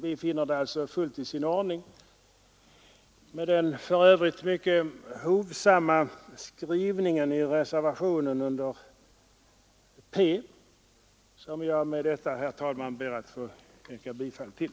Vi finner det alltså fullt i sin ordning med den för övrigt mycket hovsamt formulerade reservationen under P, som jag med detta, herr talman, ber att få yrka bifall till.